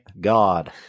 God